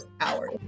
hours